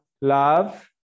love